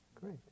great